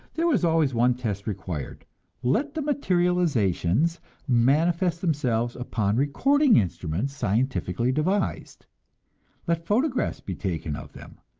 there was always one test required let the materializations manifest themselves upon recording instruments scientifically devised let photographs be taken of them,